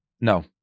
No